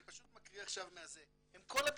אני פשוט מקריא עכשיו מה --- הן כל הדרכים.